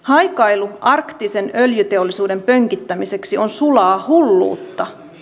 haikailu arktisen öljyteollisuuden pönkittämiseksi on sulaa hulluutta